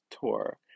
tour